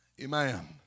Amen